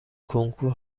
کنکور